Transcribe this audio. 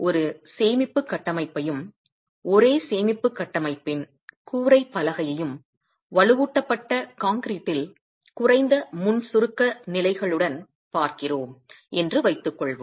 ஒரு சேமிப்புக் கட்டமைப்பையும் ஒரே சேமிப்புக் கட்டமைப்பின் கூரைப் பலகையையும் வலுவூட்டப்பட்ட கான்கிரீட்டில் குறைந்த முன் சுருக்க நிலைகளுடன் பார்க்கிறோம் என்று வைத்துக்கொள்வோம்